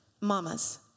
Mamas